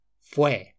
fue